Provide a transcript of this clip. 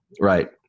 right